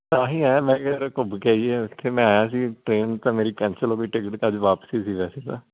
ਤਾਹੀਂ ਆਇਆਂ ਮੈਂ ਕਿਹਾ ਯਾਰ ਘੁੰਮ ਕੇ ਆਈਏ ਫੇਰ ਮੈਂ ਆਇਆ ਸੀ ਟਰੇਨ ਤਾਂ ਮੇਰੀ ਕੈਂਸਲ ਹੋਗੀ ਟਿਕਟ ਤਾਂ ਅੱਜ ਵਾਪਸੀ ਸੀ ਵੈਸੇ ਤਾਂ